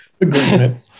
agreement